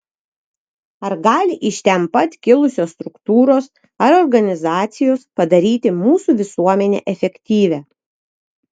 ar gali iš ten pat kilusios struktūros ar organizacijos padaryti mūsų visuomenę efektyvią